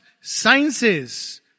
sciences